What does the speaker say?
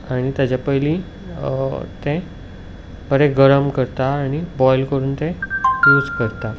आनी तेज्या पयलीं तें बरें गरम करता आनी बॉयल करून तें यूज करता